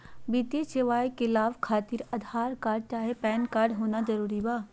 वित्तीय सेवाएं का लाभ खातिर आधार कार्ड चाहे पैन कार्ड होना जरूरी बा?